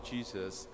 Jesus